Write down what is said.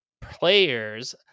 players